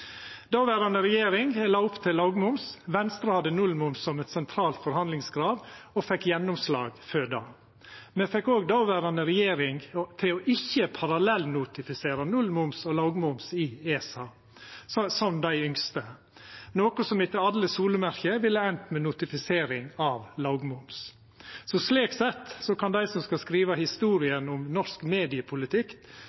Dåverande regjering la opp til lågmoms. Venstre hadde nullmoms som eit sentralt forhandlingskrav og fekk gjennomslag for det. Me fekk òg dåverande regjering til ikkje å parallellnotifisera nullmoms og lågmoms i ESA, som dei ønskte, noko som etter alle solemerke ville ha enda med notifisering av lågmoms. Slik sett kan dei som skal skriva